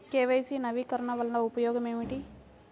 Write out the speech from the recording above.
KYC నవీకరణ వలన ఉపయోగం ఏమిటీ?